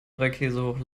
dreikäsehoch